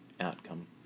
outcome